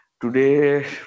Today